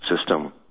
system